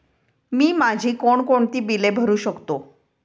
मी माझी कोणकोणती बिले भरू शकतो?